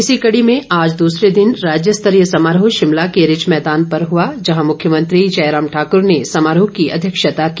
इसी कड़ी में आज दूसरे दिन राज्य स्तरीय समारोह शिमला के रिज मैदान पर हुआ जहां मुख्यमंत्री जयराम ठाकुर ने समारोह की अध्यक्षता की